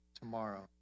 tomorrow